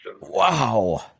Wow